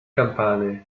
campane